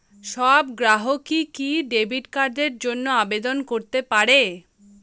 সব গ্রাহকই কি ডেবিট কার্ডের জন্য আবেদন করতে পারে?